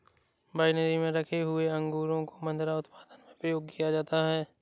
winery में रखे हुए अंगूरों को मदिरा उत्पादन में प्रयोग किया जाता है